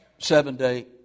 seven-day